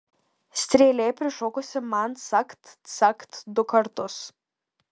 strėlė prišokusi man cakt cakt du kartus